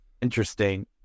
Interesting